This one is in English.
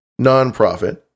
nonprofit